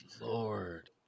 lord